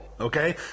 Okay